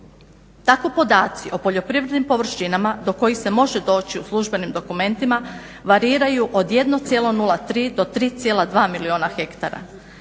Tako podaci o poljoprivrednim površinama do kojih se može doći u službenim dokumentima variraju od 1,03 do 3,2 milijuna hektara.